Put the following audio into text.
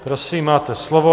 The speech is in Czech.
Prosím, máte slovo.